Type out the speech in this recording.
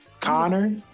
Connor